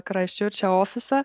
kraisčiurče ofisą